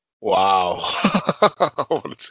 Wow